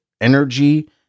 energy